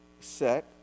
set